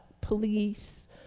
police